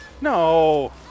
No